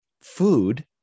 food